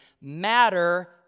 matter